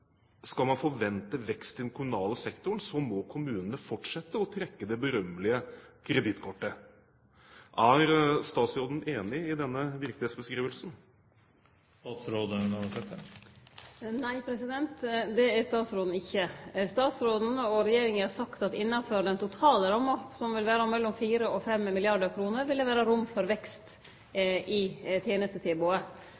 skal man forvente vekst i den kommunale sektoren, må kommunene fortsette å trekke det berømmelige kredittkortet. Er statsråden enig i denne virkelighetsbeskrivelsen? Nei, det er statsråden ikkje. Statsråden og regjeringa har sagt at innanfor den totale ramma, som vil vere på mellom 4 og 5 mrd. kr, vil det vere rom for vekst